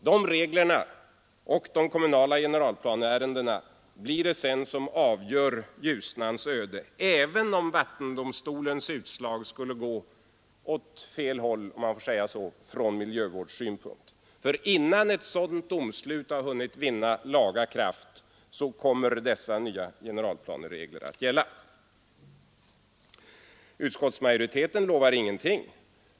De reglerna och de kommunala generalplanereglerna blir det som sedan avgör Ljusnans öde, även om vattendomstolens utslag skulle gå åt ”fel håll” — om jag får använda det uttrycket från miljöv årdssynpunkt. För innan ett sådant domslut hunnit vinna laga kraft kommer dessa nya generalplaneregler att gälla. Utskottsmajoriteten lovar ingenting.